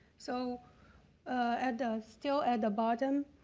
so at the, still at the bottom,